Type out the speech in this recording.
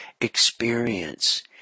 experience